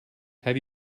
have